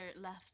left